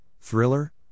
Thriller